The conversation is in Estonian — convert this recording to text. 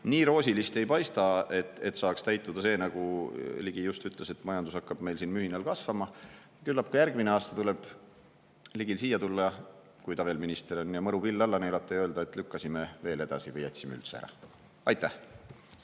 nii roosilist ei paista, et saaks täituda see, nagu Ligi ütles, et majandus hakkab meil mühinal kasvama. Küllap tuleb ka järgmisel aastal Ligil siia tulla, kui ta veel minister on, ja mõru pill alla neelata ning öelda, et lükkame selle veel edasi või jätame üldse ära. Aitäh!